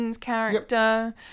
Character